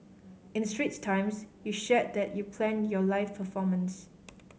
in Straits Times you shared that you planned your live performance